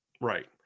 right